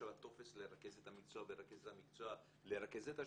הטופס לרכזת המקצוע, ורכזת המקצוע לרכזת השכבה,